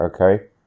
okay